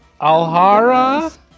Alhara